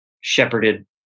shepherded